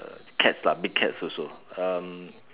cats lah big cats also um